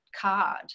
card